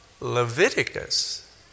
Leviticus